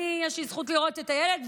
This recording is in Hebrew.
ויש לי זכות לראות את הילד,